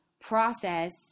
process